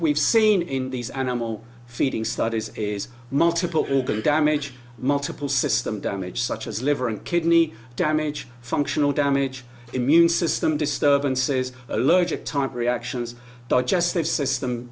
we've seen in these animal feeding studies is multiple organ damage multiple system damage such as liver and kidney damage functional damage immune system disturbances allergic type reactions digestive system